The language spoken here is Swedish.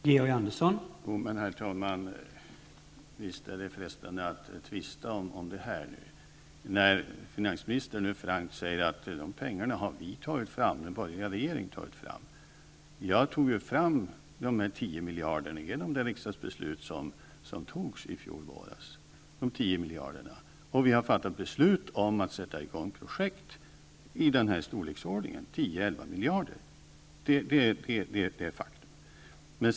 Herr talman! Visst är det frestande att tvista om detta när finansministern nu helt frankt säger, att dessa pengar har den borgerliga regeringen tagit fram. Jag tog fram dessa 10 miljarder genom det riksdagsbeslut som fattades i fjol under våren. Vi fattade beslut om att sätta i gång projekt i storleksordningen 10--11 miljarder. Det är ett faktum.